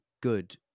good